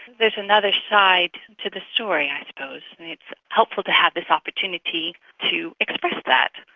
there's another side to the story i suppose. it's helpful to have this opportunity to express that.